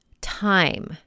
time